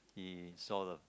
he saw the